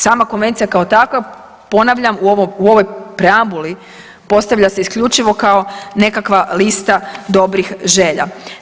Sama konvencija kao takva, ponavljam, u ovoj preambuli postavlja se isključivo kao nekakva lista dobrih želja.